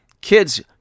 kids